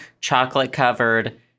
chocolate-covered